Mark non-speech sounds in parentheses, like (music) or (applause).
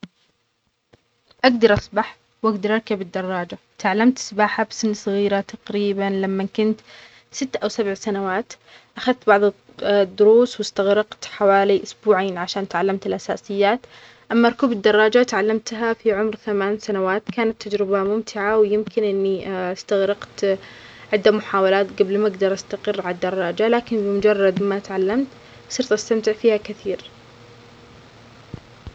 اجدر اسبح واجدر اركب الدراجة تعلمت السباحة بسن صغيرة تقريبًا لمن كنت ست او سبع سنوات اخذت بعظ (hesitation) الدروس واستغرقت حوالي اسبوعين عشان تعلمت الاساسيات اما ركوب الدراجة تعلمتها في عمر ثمان سنوات كانت تجربة ممتعة ويمكن اني (hesitation) استغرقت عدة محاولات قبل ما اجدر استقر على الدراجة لكن بمجرد ما تعلمت صرت استمتع فيها كثير.